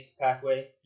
pathway